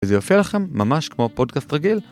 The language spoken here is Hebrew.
וזה יופיע לכם ממש כמו פודקאסט רגיל.